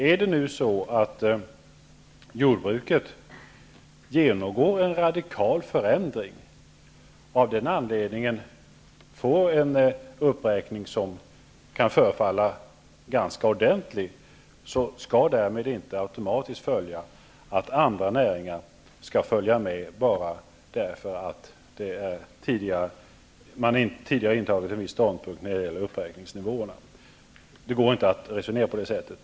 Om nu jordbruket genomgår en radikal förändring och av den anledningen får en uppräkning som kan tyckas var ganska ordentligt tilltagen, skall därmed inte automatiskt följa att andra näringar skall följa med därför att man tidigare har intagit en viss ståndpunkt när det gäller uppräkningsnivåerna. Det går inte att resonera på det sättet.